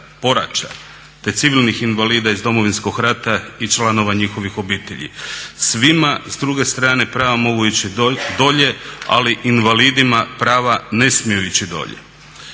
te civilnih invalida iz Domovinskog rata i članova njihovih obitelji. Svima s druge strane prava mogu ići dolje, ali invalidima prava ne smiju ići dolje.